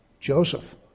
Joseph